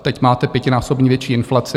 Teď máte pětinásobně větší inflaci.